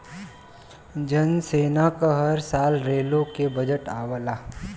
जल सेना क हर साल रेलो के बजट आवला